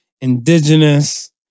Indigenous